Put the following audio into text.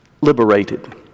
liberated